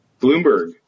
Bloomberg